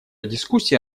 дискуссия